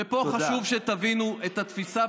ופה חשוב שתבינו את התפיסה,